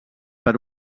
per